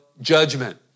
judgment